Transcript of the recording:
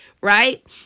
Right